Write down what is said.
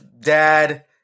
dad